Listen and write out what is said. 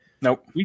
Nope